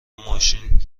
ماشین